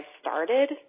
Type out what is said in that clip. started